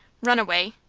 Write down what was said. run away,